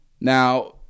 Now